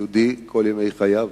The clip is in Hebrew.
סיעודי לכל ימי חייו.